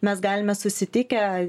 mes galime susitikę